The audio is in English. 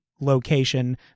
location